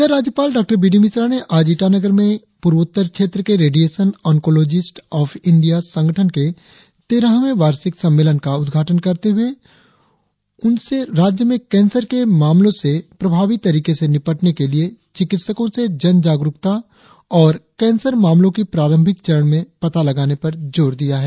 इधर राज्यपाल डॉ बी डी मिश्रा ने आज ईटानगर में पूर्वोत्तर क्षेत्र के रेडिएशन ऑनकोलोजिस्ट ऑफ इंडिया संगठन के तेरहवें वार्षिक सम्मेलन का उद्घाटन करते हुए उन्होंने राज्य में केंसर के मामलों से प्रभावी तरीके से निपटने के लिए चिकित्सको से जन जागरुकता और केंसर मामलों की प्रारंभिक चरण में पता लगाने पर जोर दिया है